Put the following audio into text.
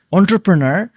entrepreneur